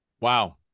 Wow